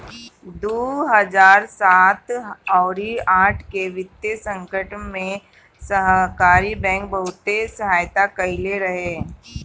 दू हजार सात अउरी आठ के वित्तीय संकट में सहकारी बैंक बहुते सहायता कईले रहे